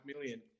million